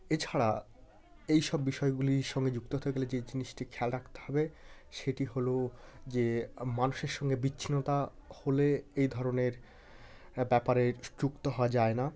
এছাড়া এইসব বিষয়গুলি সঙ্গে যুক্ত থাকলে যে জিনিসটি খেয়াল রাখতে হবে সেটি হলো যে মানুষের সঙ্গে বিচ্ছিন্নতা হলে এই ধরনের ব্যাপারে যুক্ত হওয়া যায় না